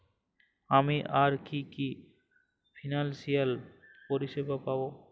আমি আর কি কি ফিনান্সসিয়াল পরিষেবা পাব?